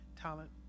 talent